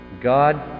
God